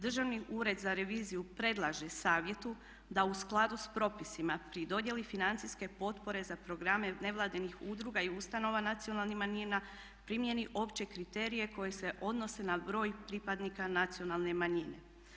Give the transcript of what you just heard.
Državni ured za reviziju predlaže Savjetu da u skladu s propisima pri dodjeli financijske potpore za programe nevladinih udruga i ustanova nacionalnih manjina primjeni opće kriterije koji se odnose na broj pripadnika nacionalne manjine.